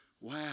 Wow